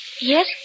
Yes